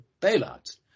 bailouts